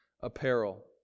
apparel